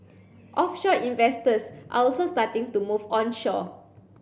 offshore investors are also starting to move onshore